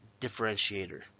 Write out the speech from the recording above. differentiator